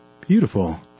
Beautiful